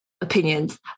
opinions